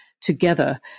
together